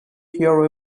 hear